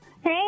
Hey